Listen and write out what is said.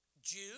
Jude